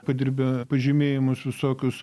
padirbę pažymėjimus visokius